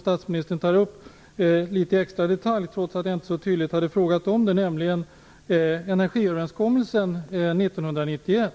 Statsministern tog upp detta litet extra i detalj, trots att jag inte så tydligt hade ställt en fråga. Det hela gäller energiöverenskommelsen 1991.